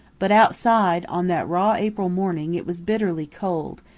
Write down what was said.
but outside, on that raw april morning, it was bitterly cold,